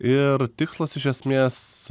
ir tikslas iš esmės